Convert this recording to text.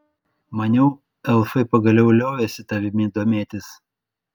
maniau elfai pagaliau liovėsi tavimi domėtis